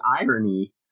irony